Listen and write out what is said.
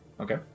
Okay